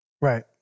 Right